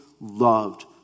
loved